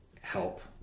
help